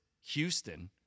houston